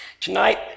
Tonight